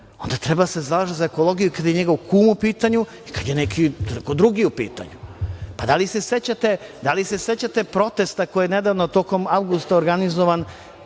onda treba da se zalaže za ekologiju i kada je njegov kum u pitanju i kada je neko drugi u pitanju. Da li se sećate protesta koji je tokom avgusta organizovan